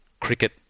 cricket